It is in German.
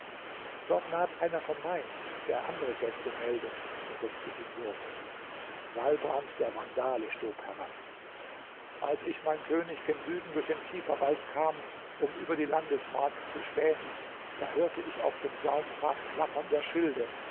dort naht einer vom main der andere gäste meldet versetzte ingo walbrand der vandale stob heran als ich mein könig gen süden durch den kieferwald kam um über die landesmark zu spähen da hörte ich auf dem saumpfad klappern der schilde